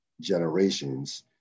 generations